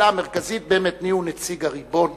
השאלה המרכזית היא באמת מיהו נציג הריבון.